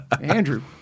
Andrew